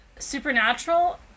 supernatural